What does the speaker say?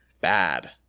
bad